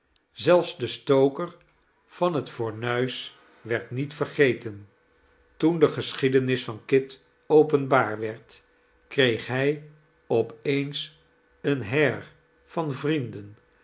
zelfs de stoker van het fornuis werd niet vergeten toen de geschiedenis van kit openbaar werd kreeg hij op eens een heir van vrienden